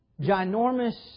ginormous